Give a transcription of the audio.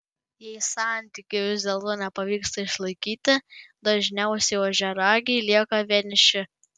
jei santykių vis dėlto nepavyksta išlaikyti dažniausiai ožiaragiai lieka vieniši